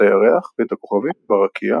את הירח ואת הכוכבים ברקיע,